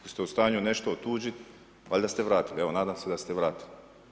Ako ste u stanju nešto otuđiti, valjda ste vratili, evo nadam se da ste vratili.